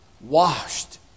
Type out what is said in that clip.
washed